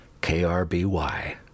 KRBY